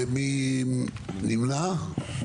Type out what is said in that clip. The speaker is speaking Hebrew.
מי נמנע?